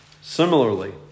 Similarly